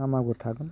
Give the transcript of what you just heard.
ना मागुर थागोन